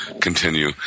continue